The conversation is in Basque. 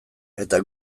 eta